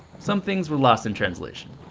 some things were lost in translation